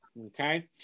Okay